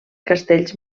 castells